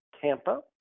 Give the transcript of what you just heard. Tampa